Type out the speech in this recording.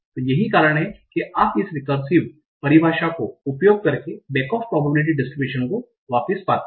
तो यही कारण है कि आप इस recursive परिभाषा को उपयोग करके back off probability distribution को वापस पाते हैं